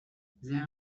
there